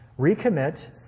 recommit